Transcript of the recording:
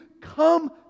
come